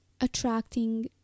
attracting